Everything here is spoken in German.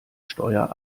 steuer